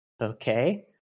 okay